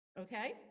Okay